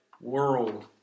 world